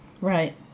right